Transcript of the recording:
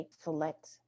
select